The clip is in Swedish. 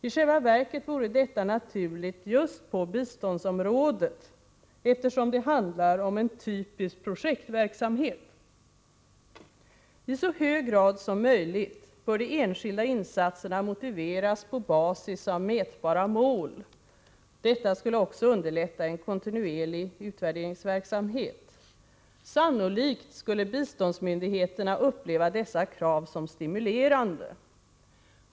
I själva verket vore detta naturligt just på biståndsområdet eftersom det handlar om en typisk projektverksamhet. I så hög grad som möjligt bör de enskilda insatserna motiveras på basis av mätbara mål. Detta skulle också underlätta en kontinuerlig utvärderingsverksamhet. Sannolikt skulle biståndsmyndigheterna uppleva dessa krav som stimulerande.